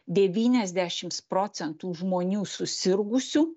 devyniasdešims procentų žmonių susirgusių